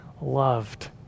loved